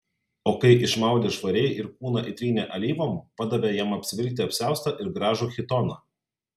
o kai išmaudė švariai ir kūną įtrynė alyvom padavė jam apsivilkti apsiaustą ir gražų chitoną